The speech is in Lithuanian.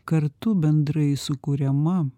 kartu bendrai sukuriama